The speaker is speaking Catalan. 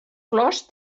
flors